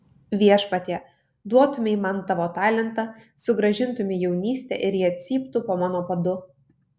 viešpatie duotumei man tavo talentą sugrąžintumei jaunystę ir jie cyptų po mano padu